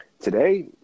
Today